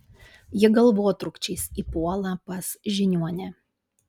ji galvotrūkčiais įpuola pas žiniuonę